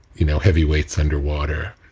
you know heavy weights underwater